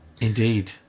Indeed